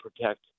protect